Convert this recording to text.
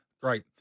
great